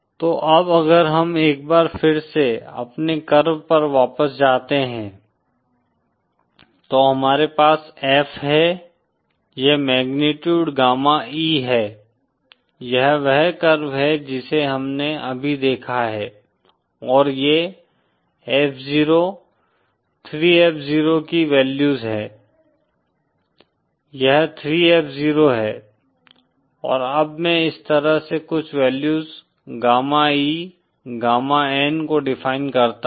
तो अब अगर हम एक बार फिर से अपने कर्व पर वापस जाते हैं तो हमारे पास F है यह मैग्नीट्यूड गामा E है यह वह कर्व है जिसे हमने अभी देखा है और ये F0 3 F 0 की वैल्यूज हैं यह 3F0 है और अब मैं इस तरह से कुछ values gamma E gamma N को डिफाइन करता हूं